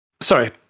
sorry